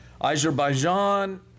Azerbaijan